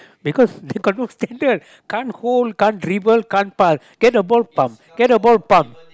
because they got no standard can't hold can't dribble can't pass get a ball pump get a ball pump